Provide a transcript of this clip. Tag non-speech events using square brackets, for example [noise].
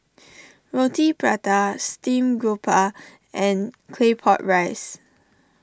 [noise] Roti Prata Steamed Garoupa and Claypot Rice